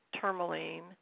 tourmaline